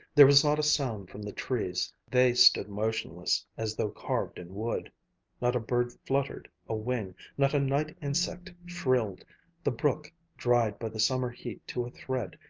there was not a sound from the trees. they stood motionless, as though carved in wood not a bird fluttered a wing not a night-insect shrilled the brook, dried by the summer heat to a thread,